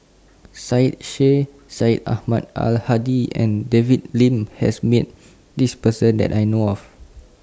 Syed Sheikh Syed Ahmad Al Hadi and David Lim has Met This Person that I know of